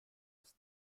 ist